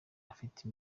afite